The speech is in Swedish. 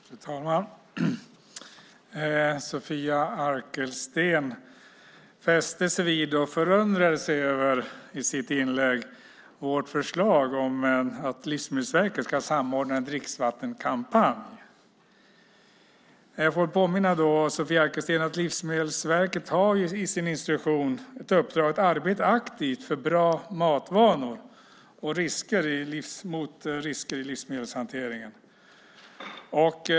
Fru talman! Sofia Arkelsten fäste sig vid och förundrade sig i sitt inlägg över vårt förslag om att Livsmedelsverket ska samordna en dricksvattenkampanj. Jag får påminna Sofia Arkelsten om att Livsmedelsverket i sin instruktion har ett uppdrag att arbeta aktivt för bra matvanor och mot risker i livsmedelshanteringen.